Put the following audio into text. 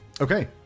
Okay